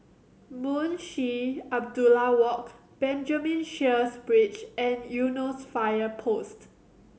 Munshi Abdullah Walk Benjamin Sheares Bridge and Eunos Fire Post